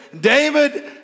David